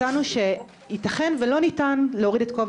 מצאנו שיתכן ולא ניתן להוריד את כובע